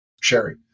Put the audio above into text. Sherry